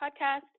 podcast